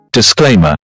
Disclaimer